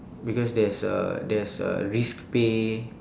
because there's a there's a risk pay